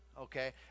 Okay